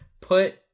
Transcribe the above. put